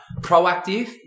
proactive